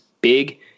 big